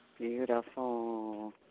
Beautiful